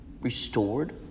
restored